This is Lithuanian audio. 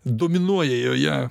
dominuoja joje